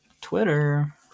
Twitter